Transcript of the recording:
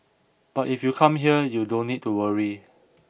but if you come here you don't need to worry